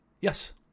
Yes